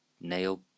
nail